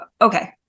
okay